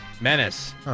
Menace